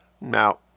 Now